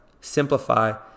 simplify